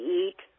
eat